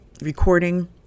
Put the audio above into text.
recording